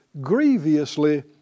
grievously